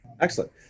Excellent